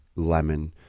lemon